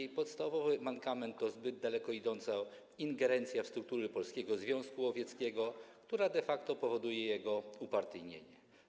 Jej podstawowym mankamentem jest zbyt daleko idąca ingerencja w struktury Polskiego Związku Łowieckiego, która de facto powoduje jego upartyjnienie.